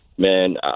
Man